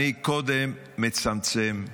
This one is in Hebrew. אני קודם מצמצם,